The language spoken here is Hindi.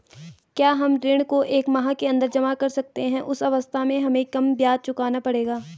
क्या हम ऋण को एक माह के अन्दर जमा कर सकते हैं उस अवस्था में हमें कम ब्याज चुकाना पड़ेगा?